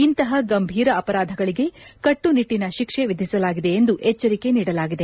ಇಂತಹ ಗಂಭೀರ ಅಪರಾಧಗಳಿಗೆ ಕಟ್ಲುನಿಟ್ಲನ ಶಿಕ್ಷೆ ವಿಧಿಸಲಾಗಿದೆ ಎಂದು ಎಚ್ಚರಿಕೆ ನೀಡಲಾಗಿದೆ